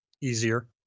easier